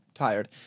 tired